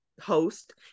host